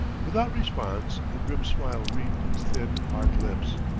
without response, a grim smile wreathing his thin, hard lips,